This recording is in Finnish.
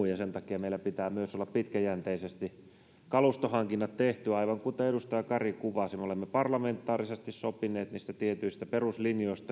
ja sen takia meillä pitää myös olla pitkäjänteisesti kalustohankinnat tehty aivan kuten edustaja kari kuvasi me olemme parlamentaarisesti sopineet niistä tietyistä peruslinjoista